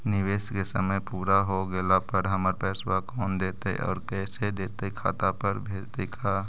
निवेश के समय पुरा हो गेला पर हमर पैसबा कोन देतै और कैसे देतै खाता पर भेजतै का?